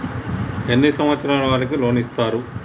ఎన్ని సంవత్సరాల వారికి లోన్ ఇస్తరు?